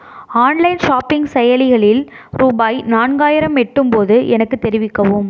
online shopping செயலிகளில் ரூபாய் நான்காயிரம் எட்டும் போது எனக்குத் தெரிவிக்கவும்